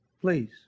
please